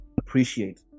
appreciate